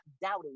doubting